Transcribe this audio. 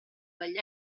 dagli